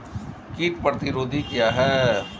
कीट प्रतिरोधी क्या है?